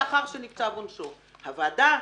ועדת